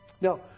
Now